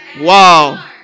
Wow